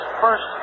first